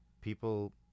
people